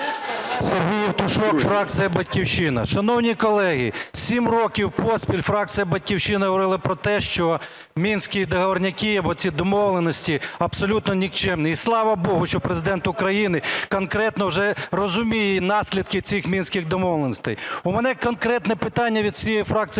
Сергій Євтушок, фракція "Батьківщина". Шановні колеги, 7 років поспіль фракція "Батьківщина" говорила про те, що "мінські договорняки", оці домовленості, абсолютно нікчемні. І, слава богу, що Президент України конкретно вже розуміє наслідки цих Мінських домовленостей. У мене конкретне питання від всієї фракції